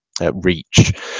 reach